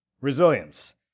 Resilience